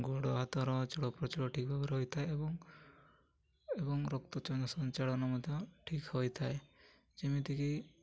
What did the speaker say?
ଗୋଡ଼ ହାତର ଚଳପ୍ରଚଳ ଠିକ୍ ଭାବରେ ରହିଥାଏ ଏବଂ ଏବଂ ରକ୍ତ ସଞ୍ଚାଳନ ମଧ୍ୟ ଠିକ୍ ହୋଇଥାଏ ଯେମିତିକି